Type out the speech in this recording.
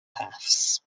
paths